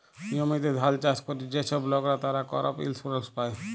জমিতে ধাল চাষ ক্যরে যে ছব লকরা, তারা করপ ইলসুরেলস পায়